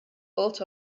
built